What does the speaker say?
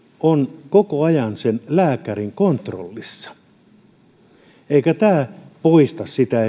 on koko ajan sen lääkärin kontrollissa tämä ei poista sitä